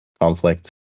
conflict